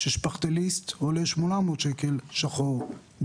ששפכטליסט עולה בשחור 800 שקלים ליום.